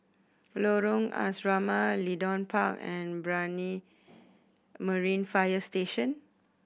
Lorong Asrama Leedon Park and Brani Marine Fire Station